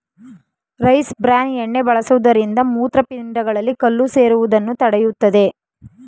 rice bran ಎಣ್ಣೆ ಬಳಸುವುದರಿಂದ ಮೂತ್ರಪಿಂಡಗಳಲ್ಲಿ ಕಲ್ಲು ಸೇರುವುದನ್ನು ತಡೆಯುತ್ತದೆ